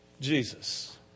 Jesus